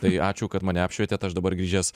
tai ačiū kad mane apšvietėt aš dabar grįžęs